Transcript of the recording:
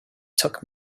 took